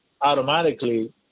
automatically